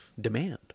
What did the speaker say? demand